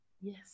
yes